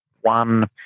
One